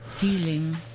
Healing